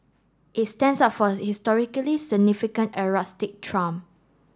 it stands out for its historical significance and rustic charm